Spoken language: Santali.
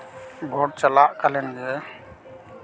ᱵᱷᱳᱴ ᱪᱟᱞᱟᱜ ᱠᱟᱹᱞᱤᱱ ᱜᱮ